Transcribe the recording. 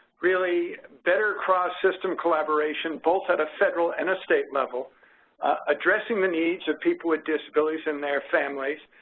really, better cross-system collaboration, both at a federal and a state level addressing the needs of people with disabilities and their families,